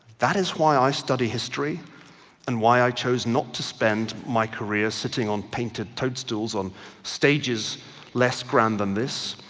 that is why i study history and why i chose not to spend my career sitting on painted toadstools on stages less grand than this,